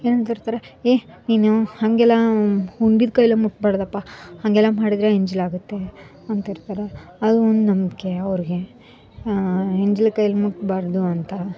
ಏನಂತಿರ್ತಾರೆ ಏ ನೀನು ಹಾಗೆಲ್ಲ ಉಂಡಿದ್ದ ಕೈಯ್ಯಲ್ಲೇ ಮುಟ್ಟಬಾರ್ದಪ್ಪ ಹಾಗೆಲ್ಲ ಮಾಡಿದರೆ ಎಂಜಲಾಗುತ್ತೆ ಅಂತಿರ್ತಾರೆ ಅದೊಂದು ನಂಬಿಕೆ ಅವ್ರಿಗೆ ಎಂಜಲು ಕೈಯ್ಯಲ್ಲಿ ಮುಟ್ಟಬಾರ್ದು ಅಂತ